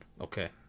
okay